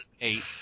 eight